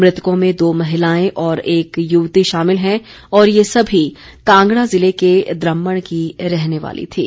मृतकों में दो महिलाएं और एक युवती शामिल हैं और ये सभी कांगड़ा ज़िले के द्रम्मण की रहने वाली थीं